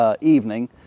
Evening